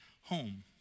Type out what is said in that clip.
home